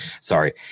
Sorry